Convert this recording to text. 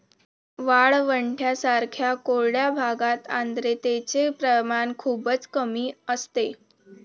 वाळवंटांसारख्या कोरड्या भागात आर्द्रतेचे प्रमाण खूपच कमी असते